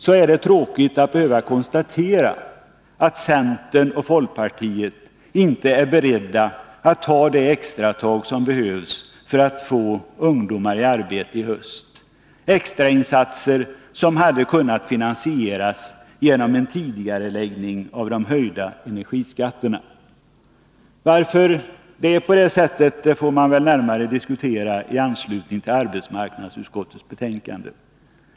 Det är tråkigt att behöva konstatera att centern och folkpartiet inte är beredda att ta det extra tag som behövs för att få ungdomar i arbete i höst, inte är beredda att göra extra insatser som hade kunde finansieras genom en tidigareläggning av de höjda energiskatterna. Varför det är så får man väl närmare diskutera i anslutning till arbetsmarknadsutskottets betänkande.